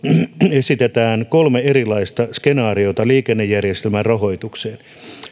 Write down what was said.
esitetään kolme erilaista skenaariota liikennejärjestelmän rahoitukseen